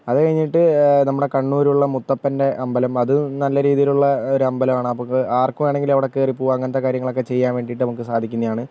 അത് കഴിഞ്ഞിട്ട് നമ്മുടെ കണ്ണൂര് ഉള്ള മുത്തപ്പൻ്റെ അമ്പലം അതും നല്ല രീതിയിൽ ഉള്ള ഒരു അമ്പലം ആണ് നമുക്ക് ആർക്ക് വേണോങ്കിലും അവിടെ കയറി പോകാം അങ്ങനത്തെ കാര്യങ്ങൾ ഒക്കെ ചെയ്യാൻ വേണ്ടിയിട്ട് നമുക്ക് സാധിക്കുന്നതാണ്